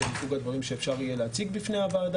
זה מסוג הדברים שאפשר יהיה להציג בפני הוועדה